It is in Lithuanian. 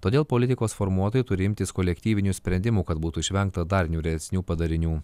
todėl politikos formuotojai turi imtis kolektyvinių sprendimų kad būtų išvengta dar niūresnių padarinių